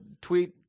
tweet